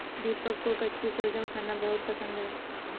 दीपक को कच्ची शलजम खाना बहुत पसंद है